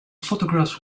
photographs